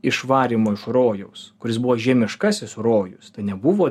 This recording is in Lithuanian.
išvarymo iš rojaus kuris buvo žemiškasis rojus tai nebuvo